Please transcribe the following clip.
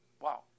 Wow